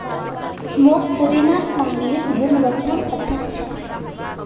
मोक पुदीनार पानिर गुणवत्ता पता छ